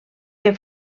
que